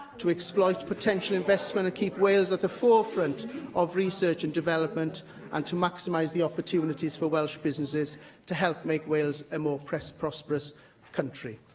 to exploit potential investment and keep wales at the forefront of research and development and to maximise the opportunities for welsh businesses to help make wales a more prosperous country.